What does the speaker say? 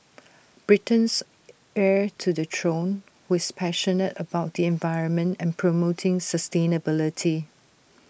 Britain's heir to the throne who is passionate about the environment and promoting sustainability